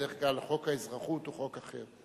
בדרך כלל חוק האזרחות הוא חוק אחר.